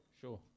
sure